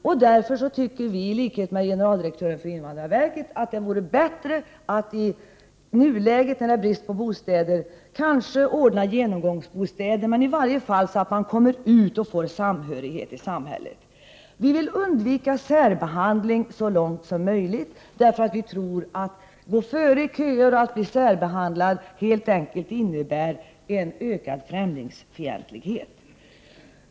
Vi tycker därför, i likhet med generaldirektören för invandrarverket, att det vore bra att i nuläget när det råder bostadsbrist kanske ordna genomgångsbostäder så att flyktingarna i varje fall kommer ut och får del av samhörigheten i samhället. Vi vill undvika särbehandling så långt som möjligt, eftersom vi tror att om flyktingar får gå före i köer och om de särbehandlas så skulle det innebära en ökad främlingsfientlighet.